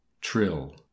Trill